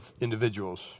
individuals